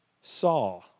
saw